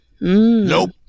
Nope